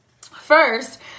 first